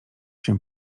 się